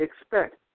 expect